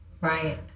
Right